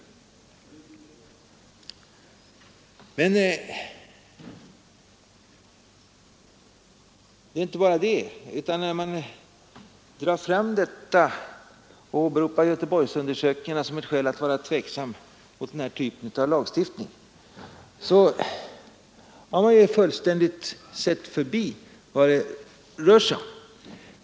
Men det är inte bara det. När man drar fram sådana synpunkter och åberopar Göteborgsundersökningarna som ett skäl till tveksamhet mot denna typ av lagstiftning, har man fullständigt förbisett vad det rör sig om.